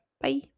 Bye